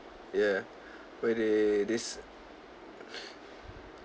ya where they they